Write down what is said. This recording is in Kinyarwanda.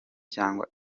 cyangwa